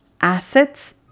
assets